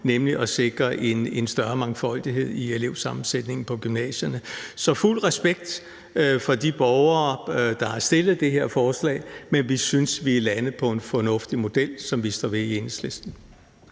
nemlig at sikre en større mangfoldighed i elevsammensætningen på gymnasierne. Så jeg har fuld respekt for de borgere, der har stillet det her forslag, men vi synes i Enhedslisten, at vi er landet på en fornuftig model, som vi står ved. Kl.